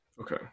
Okay